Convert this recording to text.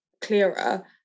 clearer